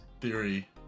Theory